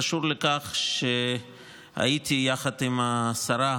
קשור בכך שהייתי יחד עם השרה,